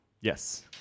Yes